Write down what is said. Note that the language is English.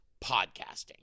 podcasting